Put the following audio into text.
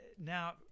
now